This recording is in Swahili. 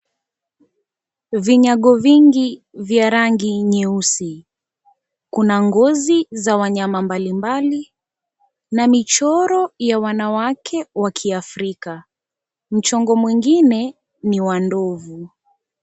Vinyago vingi vya rangi nyeusi, kuna ngozi za wanyama mbali mbali na michoro ya wanawake wa kiafrika, mchongo mwingine ni wa ndovu.